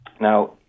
Now